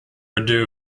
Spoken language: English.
rideau